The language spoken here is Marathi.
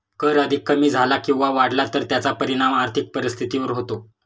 कर अधिक कमी झाला किंवा वाढला तर त्याचा परिणाम आर्थिक परिस्थितीवर होतो